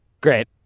Great